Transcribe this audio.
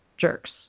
jerks